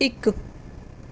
ਇੱਕ